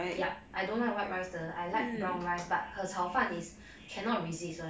yup I don't like white rice 的 I like brown rice but her 炒饭 is cannot resist [one]